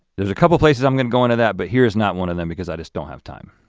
there's a couple places i'm gonna go into that but here's not one of them because i just don't have time.